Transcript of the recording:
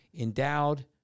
endowed